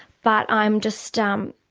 but i'm just um